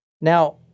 Now